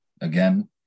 again